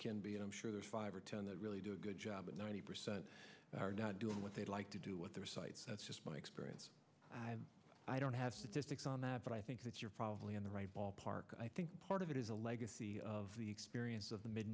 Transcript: can be i'm sure there's five or ten that really do a good job but ninety percent are not doing what they'd like to do with their sites that's just my experience i don't have statistics on that but i think that you're probably in the right ballpark i think part of it is a legacy of the experience of the mid